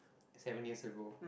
seven years ago